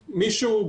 הסביבה,